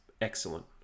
excellent